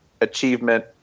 achievement